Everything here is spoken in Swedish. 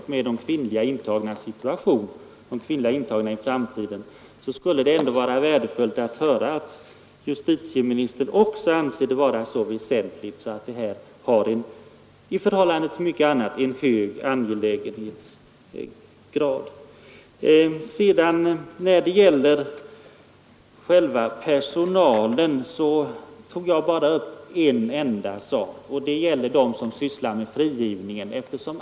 Om man prioriterar denna utbyggnad mycket högt och ser den inte minst som en jämlikhetsfråga när det gäller de kvinnliga intagnas situation i framtiden, anser inte justitieministern då att den utbyggnaden är mycket väsentlig i förhållande till mycket annat som också har hög angelägenhetsgrad? Vad sedan personalen beträffar tog jag bara upp dem som sysslar med frigivningen.